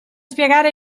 spiegare